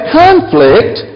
conflict